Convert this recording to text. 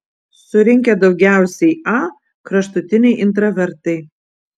surinkę daugiausiai a kraštutiniai intravertai